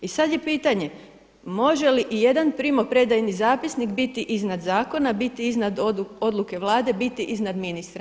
I sad je pitanje, može li i jedan primopredajni zapisnik biti iznad zakona, biti iznad odluke Vlade, biti iznad ministra?